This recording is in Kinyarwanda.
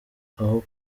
aho